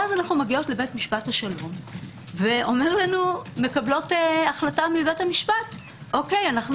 ואז אנו מגיעות לבית משפט השלום ומקבלות החלטה מבית המשפט: אנו